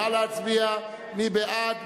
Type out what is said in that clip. נא להצביע, מי בעד?